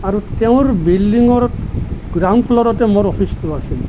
আৰু তেওঁৰ বিল্ডিঙৰ গ্ৰাউণ্ড ফ্লৰতে মোৰ অফিচটো আছিল